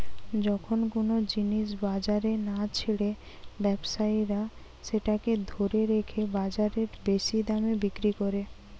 যখন কুনো জিনিস বাজারে না ছেড়ে ব্যবসায়ীরা সেটাকে ধরে রেখে বাজারে বেশি দামে বিক্রি কোরে